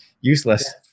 useless